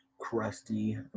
Crusty